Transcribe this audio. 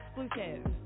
exclusive